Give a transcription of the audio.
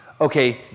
Okay